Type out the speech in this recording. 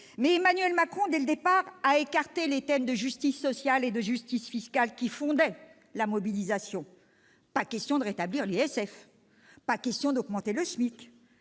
Mais Emmanuel Macron a dès le départ écarté les thèmes de justice sociale et de justice fiscale qui fondaient la mobilisation : pas question de rétablir l'ISF ; pas question d'augmenter le SMIC